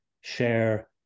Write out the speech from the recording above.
share